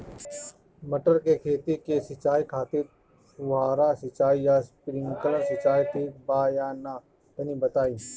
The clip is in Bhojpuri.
मटर के खेती के सिचाई खातिर फुहारा सिंचाई या स्प्रिंकलर सिंचाई ठीक बा या ना तनि बताई?